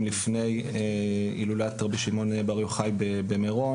לפני הילולת רבי שמעון בר יוחאי במירון,